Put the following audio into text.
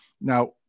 Now